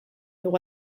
dugu